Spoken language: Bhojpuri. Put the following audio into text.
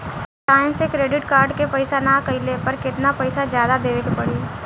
टाइम से क्रेडिट कार्ड के पेमेंट ना कैला पर केतना पईसा जादे देवे के पड़ी?